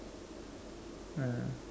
uh